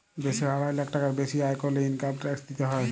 দ্যাশে আড়াই লাখ টাকার বেসি আয় ক্যরলে ইলকাম ট্যাক্স দিতে হ্যয়